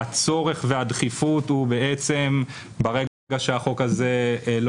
הצורך והדחיפות הוא בעצם ברגע שהחוק הזה לא